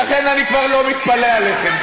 ולכן אני כבר לא מתפלא עליכם.